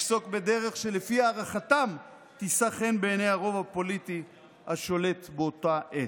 לפסוק בדרך שלפי הערכתם תישא חן בעיני הרוב הפוליטי השולט באותה עת.